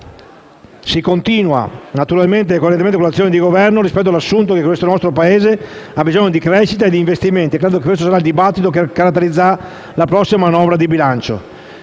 Si continua naturalmente e coerentemente con l'azione del Governo rispetto all'assunto che questo nostro Paese ha bisogno di crescita e di investimenti e credo che questo sarà il dibattito che caratterizzerà la prossima manovra di bilancio.